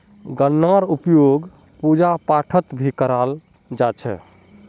गन्नार उपयोग पूजा पाठत भी कराल जा छे